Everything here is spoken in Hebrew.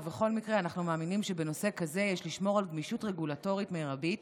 ובכל מקרה אנחנו מאמינים שבנושא כזה יש לשמור על גמישות רגולטורית מרבית